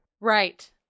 Right